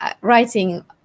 writing